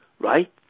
right